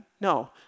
No